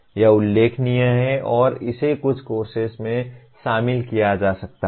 यह उल्लेखनीय है और इसे कुछ कोर्सेस में शामिल किया जा सकता है